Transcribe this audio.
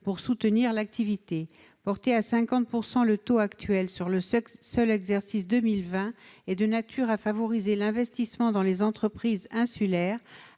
pour soutenir l'activité. Porter à 50 % le taux actuel sur le seul exercice 2020 est de nature à favoriser l'investissement dans les entreprises insulaires,